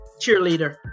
cheerleader